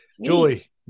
julie